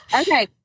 Okay